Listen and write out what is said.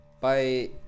bye